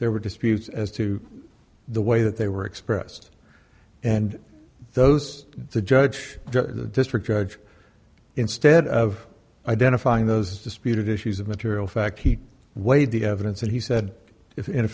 there were disputes as to the way that they were expressed and those the judge the district judge instead of identifying those disputed issues of material fact he weighed the evidence and he said if in